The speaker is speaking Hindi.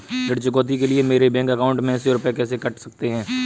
ऋण चुकौती के लिए मेरे बैंक अकाउंट में से रुपए कैसे कट सकते हैं?